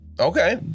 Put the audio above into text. Okay